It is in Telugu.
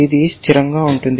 ఇది స్థిరంగా ఉంటుంది